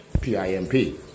P-I-M-P